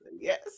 Yes